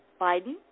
Biden